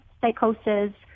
psychosis